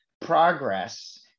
progress